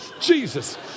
Jesus